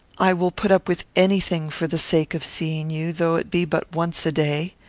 i will put up with any thing for the sake of seeing you, though it be but once a day.